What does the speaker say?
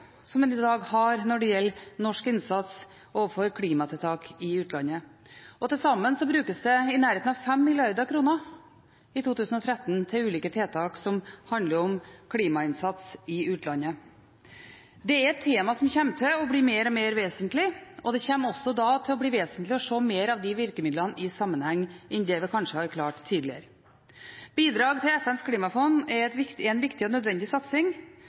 en i dag har når det gjelder norsk innsats overfor klimatiltak i utlandet. Til sammen ble det brukt i nærheten av 5 mrd. kr i 2013 til ulike tiltak som handler om klimainnsats i utlandet. Det er et tema som kommer til å bli mer og mer vesentlig, og det kommer også til å bli vesentlig å se de virkemidlene mer i sammenheng enn det vi kanskje har klart tidligere. Bidrag til FNs klimafond er en viktig og nødvendig satsing,